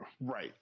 right